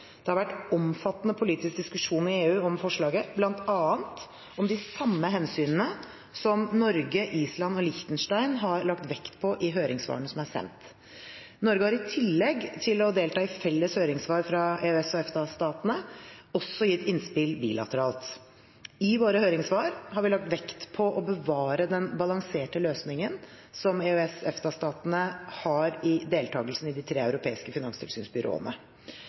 Det har vært omfattende politisk diskusjon i EU om forslaget, bl.a. om de samme hensynene som Norge, Island og Liechtenstein har lagt vekt på i høringssvarene som er sendt. Norge har i tillegg til å delta i felles høringssvar fra EØS/EFTA-statene også gitt innspill bilateralt. I våre høringssvar har vi lagt vekt på å bevare den balanserte løsningen som EØS/EFTA-statene har i deltakelsen i de tre europeiske finanstilsynsbyråene.